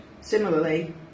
Similarly